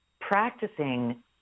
practicing